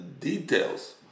Details